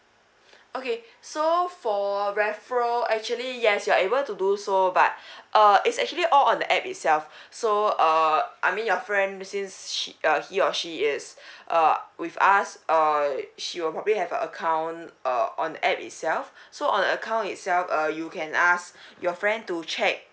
okay so for referral actually yes you are able to do so but uh is actually all on the app itself so err I mean your friend since sh~ he or she is uh with us err she will probably have a account uh on app itself so on account itself uh you can ask your friend to check